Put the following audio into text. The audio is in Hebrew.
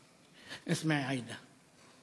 אסמעי, עאידה.